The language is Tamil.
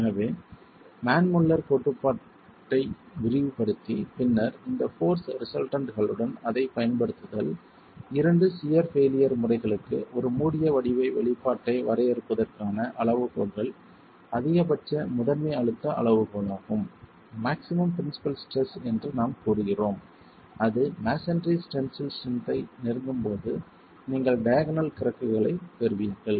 எனவே மான் முல்லர் கோட்பாட்டை விரிவுபடுத்தி பின்னர் இந்த போர்ஸ் ரிசல்டன்ட்களுடன் அதைப் பயன்படுத்துதல் இரண்டு சியர் பெய்லியர் முறைகளுக்கு ஒரு மூடிய வடிவ வெளிப்பாட்டை வரையறுப்பதற்கான அளவுகோல்கள் அதிகபட்ச முதன்மை அழுத்த அளவுகோலாகும் மாக்ஸிமம் பிரின்சிபல் ஸ்ட்ரெஸ் என்று நாம் கூறுகிறோம் அது மஸோன்றி டென்சில் ஸ்ட்ரென்த் ஐ நெருங்கும் போது நீங்கள் டயாக்னல் கிராக்குகளைப் பெறுவீர்கள்